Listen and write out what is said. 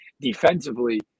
defensively